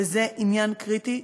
וזה עניין קריטי,